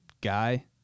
guy